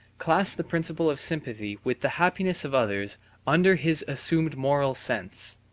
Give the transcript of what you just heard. class the principle of sympathy with the happiness of others under his assumed moral sense.